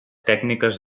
tècniques